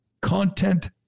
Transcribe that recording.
content